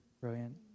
Brilliant